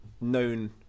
known